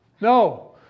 No